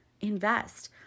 invest